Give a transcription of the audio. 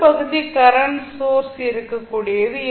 ஒரு பகுதி current source இருக்கக்கூடியது